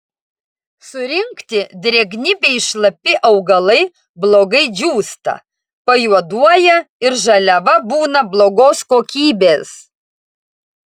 surinkti drėgni bei šlapi augalai blogai džiūsta pajuoduoja ir žaliava būna blogos kokybės